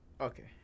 Okay